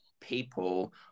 people